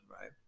right